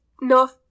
No